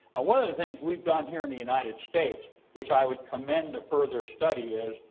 ah one of things we've done here in the united states, which i would commend further study is,